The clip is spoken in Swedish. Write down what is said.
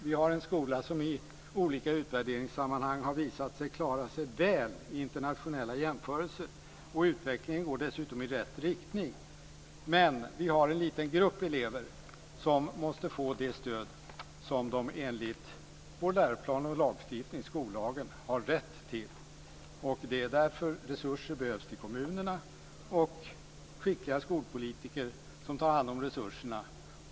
Vi har en skola som i olika utvärderingssammanhang har visat sig klara sig väl i internationella jämförelser. Utvecklingen går dessutom i rätt riktning. Men vi har en liten grupp elever som måste få det stöd som de enligt vår läroplan och lagstiftning - skollagen - har rätt till. Därför behövs resurser till kommunerna och skickliga skolpolitiker som tar hand om resurserna.